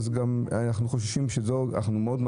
אנחנו מעריכים מאוד,